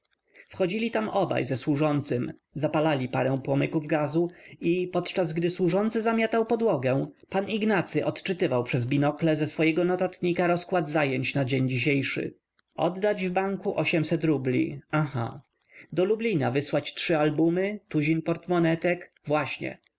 wchodzili tam obaj ze służącym zapalali parę płomyków gazu i podczas gdy służący zamiatał podłogę pan ignacy odczytywał przez binokle ze swego notatnika rozkład zajęć na dzień dzisiejszy oddać w banku rubli aha do lublina wysłać trzy albumy tuzin portmonetek właśnie